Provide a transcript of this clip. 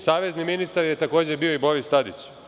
Savezni ministar je, takođe, bio i Boris Tadić.